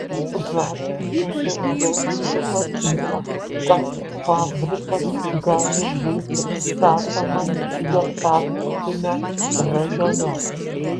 latvijoje jau numatyta kad fabrikas gali būti statomas jekabpilio rajone